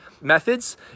methods